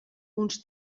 uns